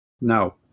No